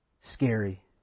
Scary